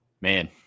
Man